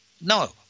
No